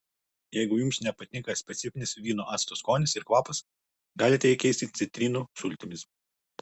jeigu jums nepatinka specifinis vyno acto skonis ir kvapas galite jį keisti citrinų sultimis